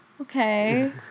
okay